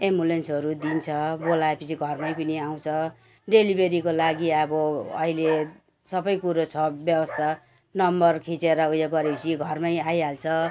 एम्बुलेन्सहरू दिन्छ बोलाएपछि घरमै पनि आउँछ डेलिभेरीको लागि अब अहिले सबै कुरो छ व्यवस्था नम्बर खिचेर उयो गरेपछि घरमै आइहाल्छ